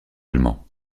allemand